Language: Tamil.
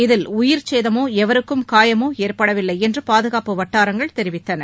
இதில் உயிர்ச்சேதமோ எவருக்கும் காயமோ ஏற்படவில்லை என்று பாதுகாப்பு வட்டாரங்கள் தெரிவித்தன